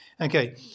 Okay